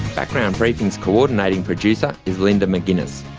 background briefing's coordinating producer is linda mcginness,